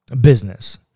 business